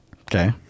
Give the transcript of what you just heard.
Okay